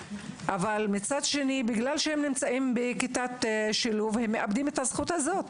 אבל בגלל שהם נמצאים בכיתת שילוב הם מאבדים את הזכות הזו.